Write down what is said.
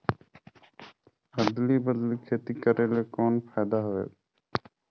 अदली बदली खेती करेले कौन फायदा होयल?